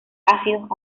ácidos